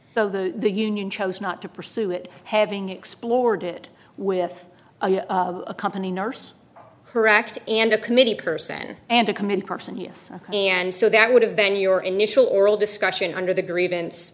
so the union chose not to pursue it having explored it with a company nurse correct and a committee person and a command person yes and so that would have been your initial oral discussion under the grievance